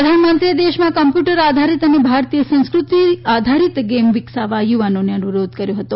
પ્રધાનમંત્રીએ દેશમાં કમ્પ્યુટર આધારિત અને ભારતીય સંસ્કૃતિ આધારિત ગેમ વિકસાવવા યુવાનોને અનુરોધ કર્યો હતો